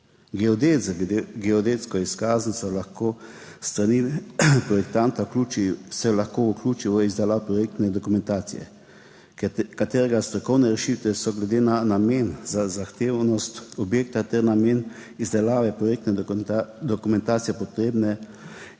Geodet z geodetsko izkaznico se lahko s strani projektanta vključi v izdelavo projektne dokumentacije, katerega strokovne rešitve so glede na namen za zahtevnost objekta ter namen izdelave projektne dokumentacije potrebne,